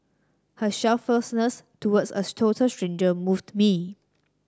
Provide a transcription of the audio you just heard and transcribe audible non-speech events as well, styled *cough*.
her selflessness towards a *unintelligible* total stranger moved me